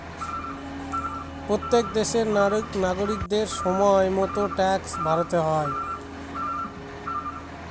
প্রত্যেক দেশের নাগরিকদের সময় মতো ট্যাক্স ভরতে হয়